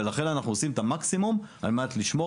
לכן אנחנו עושים את המקסימום על מנת לשמור